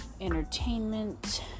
entertainment